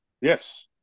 Yes